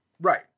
Right